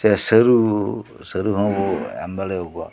ᱥᱮ ᱥᱟᱹᱨᱩ ᱥᱟᱹᱨᱩ ᱦᱚᱸᱵᱚ ᱮᱢ ᱫᱟᱲᱮ ᱭᱟᱠᱚᱭᱟ